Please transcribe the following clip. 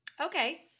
Okay